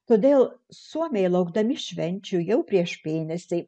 todėl suomiai laukdami švenčių jau prieš mėnesį